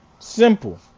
simple